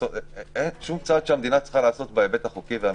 אין שום צעד שהמדינה צריכה לעשות בהיבט החוקי והמשפטי.